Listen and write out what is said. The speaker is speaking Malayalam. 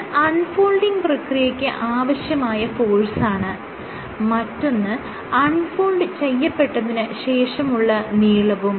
ഒന്ന് അൺ ഫോൾഡിങ് പ്രക്രിയയ്ക്ക് ആവശ്യമായ ഫോഴ്സാണ് മറ്റൊന്ന് അൺ ഫോൾഡ് ചെയ്യപ്പെട്ടതിന് ശേഷമുള്ള നീളവും